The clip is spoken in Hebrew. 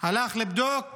הלך לבדוק